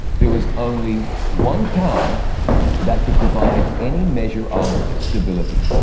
there was only one power that could provide any measure of stability,